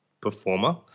performer